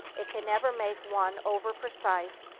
it can never make one over-precise,